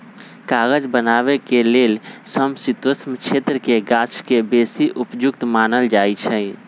कागज बनाबे के लेल समशीतोष्ण क्षेत्रके गाछके बेशी उपयुक्त मानल जाइ छइ